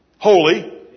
Holy